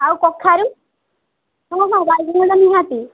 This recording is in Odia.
ଆଉ କଖାରୁ ହଁ ହଁ ବାଇଗଣ ଗୁଡ଼ା ନିହାତି